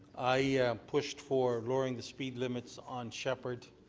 i pushed for lowering the speed limits on sheppard,